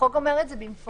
החוק הזה אומר את זה במפורש.